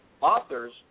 authors